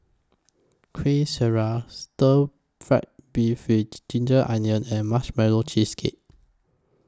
Kueh Syara Stir Fry Beef with Ginger Onions and Marshmallow Cheesecake